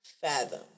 fathom